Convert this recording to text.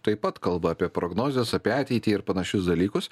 taip pat kalba apie prognozes apie ateitį ir panašius dalykus